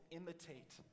imitate